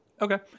Okay